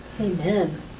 Amen